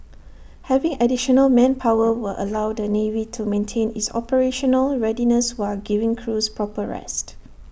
having additional manpower will allow the navy to maintain its operational readiness while giving crews proper rest